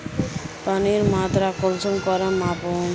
पानीर मात्रा कुंसम करे मापुम?